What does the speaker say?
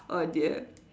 oh dear